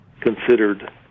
considered